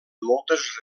moltes